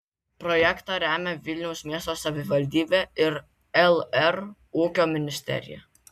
projektą remia vilniaus miesto savivaldybe ir lr ūkio ministerija